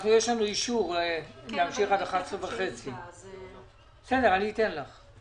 יש לנו אישור להמשיך עד 11:30. אני אתן לך.